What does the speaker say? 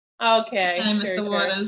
Okay